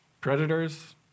predators